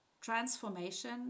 transformation